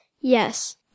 Yes